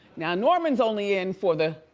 now, norman's only in for the.